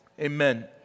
amen